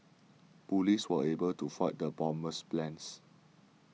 police were able to foil the bomber's plans